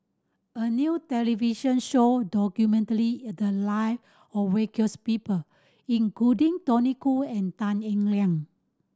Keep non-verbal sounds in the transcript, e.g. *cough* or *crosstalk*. a new television show documently *unintelligible* the live of *unintelligible* people including Tony Khoo and Tan Eng Liang